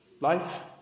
Life